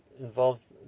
involves